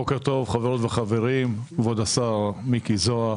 בוקר טוב חברות וחברים, כבוד השר מיקי זוהר,